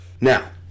Now